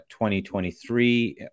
2023